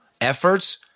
efforts